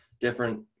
different